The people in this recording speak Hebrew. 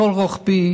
כל רוחבי